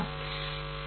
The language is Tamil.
சரி